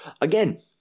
again